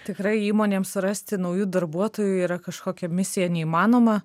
tikrai įmonėms surasti naujų darbuotojų yra kažkokia misija neįmanoma